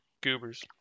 goobers